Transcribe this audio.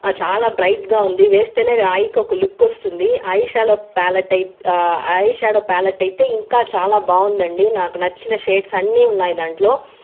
చాలా బ్రైట్ గా ఉంది వేస్తేనే ఐ కి ఒక లుక్ వస్తుంది ఐషాలో ప్యాలెట్ అయితే ఐ షాడో ప్యాలెట్ అయితే ఇంకా చాలా బాగుందండి నాకు నచ్చిన షేడ్స్ అన్నీ ఉన్నాయి దాంట్లో